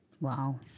Wow